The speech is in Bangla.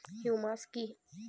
হিউমাস কি?